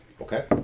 Okay